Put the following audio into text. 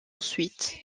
ensuite